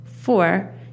Four